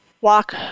walk